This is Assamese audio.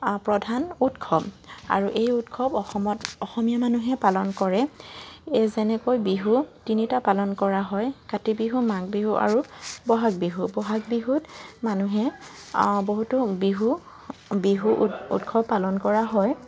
প্ৰধান উৎসৱ আৰু এই উৎসৱ অসমত অসমীয়া মানুহে পালন কৰে এই যেনেকৈ বিহু তিনিটা পালন কৰা হয় কাতি বিহু মাঘ বিহু আৰু ব'হাগ বিহু ব'হাগ বিহুত মানুহে বহুতো বিহু বিহু উৎসৱ পালন কৰা হয়